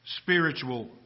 spiritual